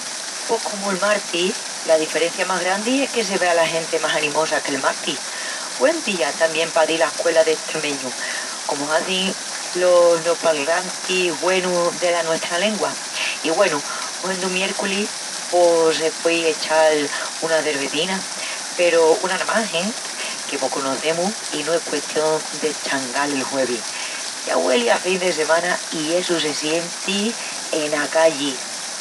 Pos comu'l martis. La diferencia más grandi es que se ve la genti más animosa qu'el martis. Güen día tamién pa dil a escuela d'estremeñu, comu hazin los neopalrantis güenus dela nuestraa lengua. I güenu, huendu miérculis, pos se puei echal una cervezina, peru una namás, e? Que mos conocemus i no es custión d'eschangal el juevis. Ya güeli a fin de semana i essu se sienti ena calli.